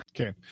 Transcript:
Okay